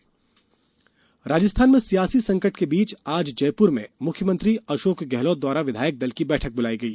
राजस्थान सरकार राजस्थान में सियासी संकट के बीच आज जयपुर में मुख्यमंत्री अशोक गेहलोत द्वारा विधायक दल की बैठक बुलाई गई